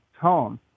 tone